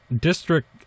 district